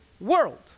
world